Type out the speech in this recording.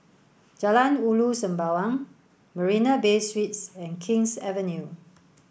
Jalan Ulu Sembawang Marina Bay Suites and King's Avenue